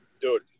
Dude